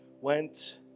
went